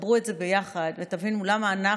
ותחברו את זה ביחד ותבינו למה אנחנו,